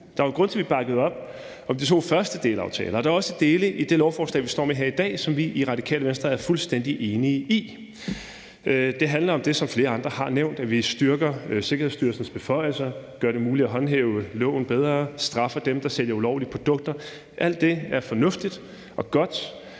Der var jo en grund til, at vi bakkede op om de to første delaftaler, og der er også dele i det lovforslag, vi står med her i dag, som vi i Radikale Venstre er fuldstændig enige i. Det handler om det, som flere andre har nævnt, nemlig at vi styrker Sikkerhedsstyrelsens beføjelser, gør det muligt at håndhæve loven bedre og straffer dem, der sælger ulovlige produkter. Alt det er fornuftigt og godt